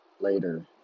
later